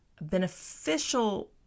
beneficial